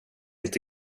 inte